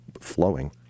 flowing